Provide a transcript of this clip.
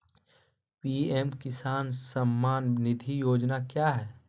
PM Kisan Samman Nidhi Yojana क्या है?